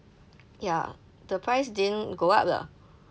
ya the price didn't go up lah